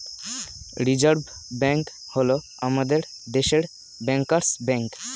reserve bank হল আমাদের দেশের ব্যাঙ্কার্স ব্যাঙ্ক